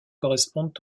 correspondent